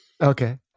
Okay